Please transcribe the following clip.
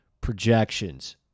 projections